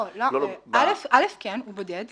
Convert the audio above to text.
א, כן, הוא בודד.